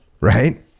right